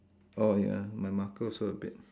oh ya my marker also a bit